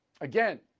Again